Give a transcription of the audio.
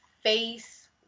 face